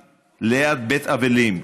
עברתי ליד בית אבלים.